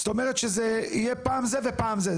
זאת אומרת שזה יהיה פעם זה ופעם זה.